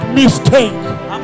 mistake